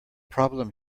problem